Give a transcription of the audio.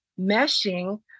meshing